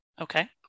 Okay